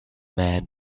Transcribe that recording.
man